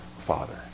Father